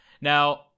Now